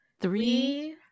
Three